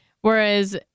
Whereas